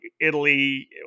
Italy